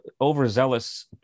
overzealous